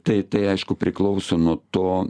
tai tai aišku priklauso nuo to